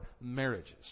marriages